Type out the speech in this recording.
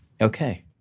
Okay